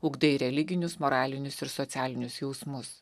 ugdai religinius moralinius ir socialinius jausmus